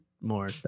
more